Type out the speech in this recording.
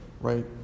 right